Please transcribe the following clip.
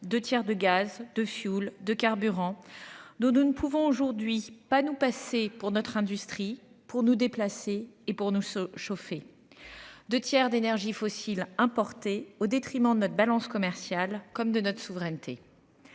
Deux tiers de gaz de fioul, de carburants dont nous ne pouvons aujourd'hui pas nous passer pour notre industrie pour nous déplacer et pour nous se chauffer. Deux tiers d'énergies fossiles importés au détriment de notre balance commerciale comme de notre souveraineté.